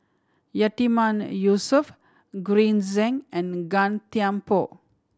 Yatiman Yusof Green Zeng and Gan Thiam Poh